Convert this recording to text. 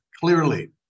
clearly